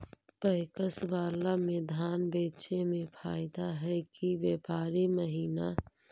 PACS बाला में धान बेचे मे फायदा है कि व्यापारी महिना?